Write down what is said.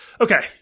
okay